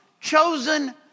chosen